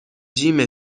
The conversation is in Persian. جیم